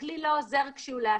הכלי לא עוזר כשהוא לעצמו.